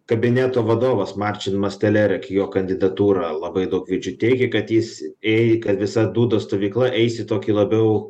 kabineto vadovas marčin mastelerik jo kandidatūrą labai daug judžiu teigia kad jis ėj kad visa dūdos stovykla eis į tokį labiau